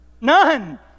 none